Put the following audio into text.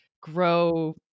grow